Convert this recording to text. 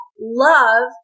love